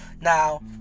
Now